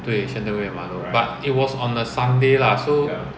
对 shenton way 的马路 but it was on a sunday lah so